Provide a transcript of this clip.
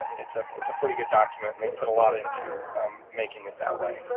it's ah it's a pretty good document and they've put a lot into making it that way.